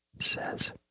says